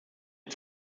den